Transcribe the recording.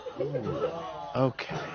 okay